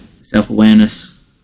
self-awareness